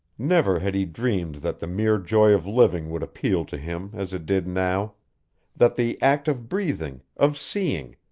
never had he dreamed that the mere joy of living would appeal to him as it did now that the act of breathing, of seeing,